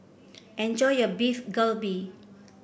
enjoy your Beef Galbi